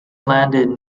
landed